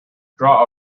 draw